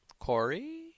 Corey